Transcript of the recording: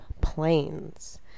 planes